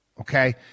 Okay